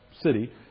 city